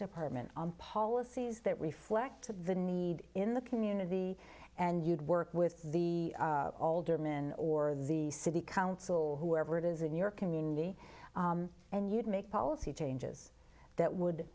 department on policies that reflect the need in the community and you'd work with the alderman or the city council whoever it is in your community and you'd make policy changes that would